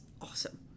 awesome